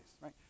right